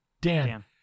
Dan